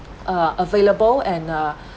uh available and uh